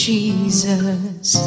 Jesus